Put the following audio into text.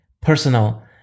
personal